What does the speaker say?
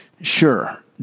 Sure